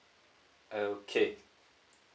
okay